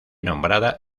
nombrada